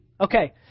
Okay